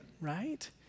right